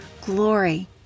glory